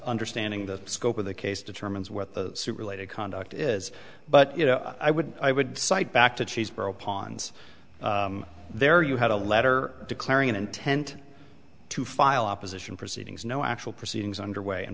understanding the scope of the case determines what the suit related conduct is but you know i would i would cite back to cheeseburger pons there you had a letter declaring an intent to file opposition proceedings no actual proceedings underway and